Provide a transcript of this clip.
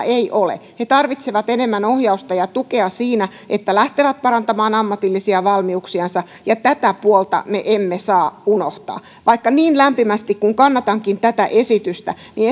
ei ole he tarvitsevat enemmän ohjausta ja tukea siinä että lähtevät parantamaan ammatillisia valmiuksiansa ja tätä puolta me emme saa unohtaa niin lämpimästi kuin kannatankin tätä esitystä niin